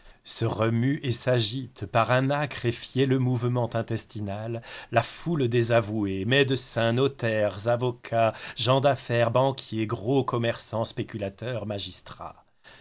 se remue et s'agite par un âcre et fielleux mouvement intestinal la foule des avoués médecins notaires avocats gens d'affaires banquiers gros commerçants spéculateurs magistrats